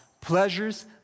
pleasures